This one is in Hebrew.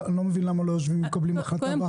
אני לא מבין למה לא יושבים ומקבלים החלטה והכרעה.